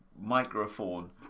microphone